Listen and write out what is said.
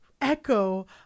echo